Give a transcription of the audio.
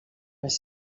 les